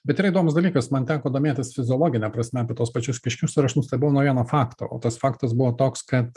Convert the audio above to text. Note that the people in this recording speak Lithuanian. bet yra įdomus dalykas man teko domėtis fiziologine prasme apie tuos pačius kiškius ir aš nustebau nuo vieno fakto o tas faktas buvo toks kad